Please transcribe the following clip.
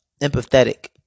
empathetic